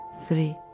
three